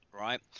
right